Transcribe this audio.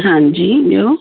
हां जी ॿियो